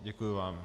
Děkuji vám.